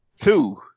Two